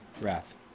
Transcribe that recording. wrath